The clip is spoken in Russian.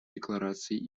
декларации